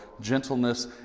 gentleness